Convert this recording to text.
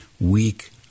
weak